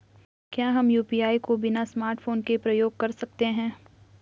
क्या हम यु.पी.आई को बिना स्मार्टफ़ोन के प्रयोग कर सकते हैं?